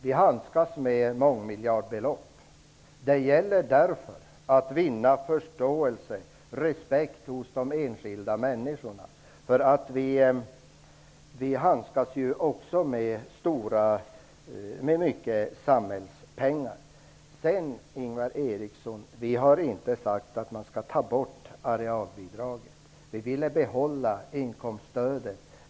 Vi handskas med mångmiljardbelopp. Det gäller därför att vinna förståelse och respekt hos de enskilda människorna. Vi handskas ju också med mycket samhällspengar. Vi har inte, Ingvar Eriksson, sagt att man skall ta bort arealbidraget. Vi ville behålla inkomststödet.